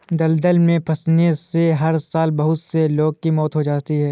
दलदल में फंसने से हर साल बहुत से लोगों की मौत हो जाती है